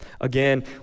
Again